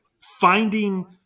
finding